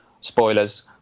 spoilers